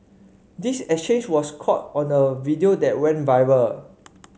this exchange was caught on a video that went viral